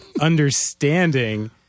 understanding